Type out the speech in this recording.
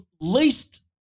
least